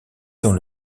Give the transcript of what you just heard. dans